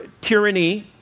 tyranny